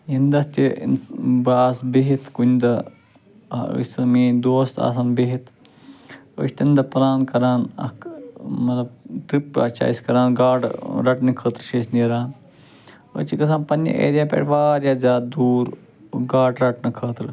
ییٚمہِ دۄہ تہِ بہٕ آسہِ بِہتھ کُنہِ دۄہ أسہِ میٛٲنۍ دوس تہٕ آسَن بِہتھ أسۍ چھِ تَمہِ دۄہ پٕلان کران اَکھ مطلب چھِ اَسہِ کَران گاڈٕ رَٹنہِ خٲطرٕ چھِ أسۍ نیران أسۍ چھِ گژھان پنٛنہِ ایریا پٮ۪ٹھ واریاہ زیادٕ دوٗر گاڈٕ رَٹنہٕ خٲطرٕ